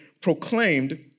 proclaimed